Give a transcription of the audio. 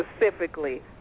specifically